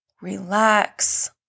relax